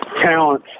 talent